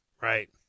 right